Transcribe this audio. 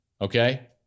Okay